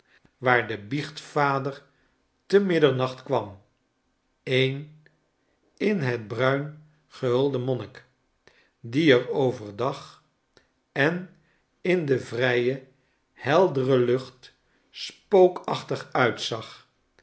waar de biechtvader te middernacht kwam een in het bruin gehulde monnik die er over dag en in de vrije heldere lucht spookachtig uitzag